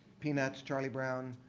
peanuts, charlie brown,